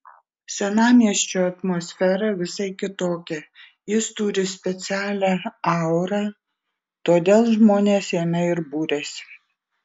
senamiesčio atmosfera visai kitokia jis turi specialią aurą todėl žmonės jame ir buriasi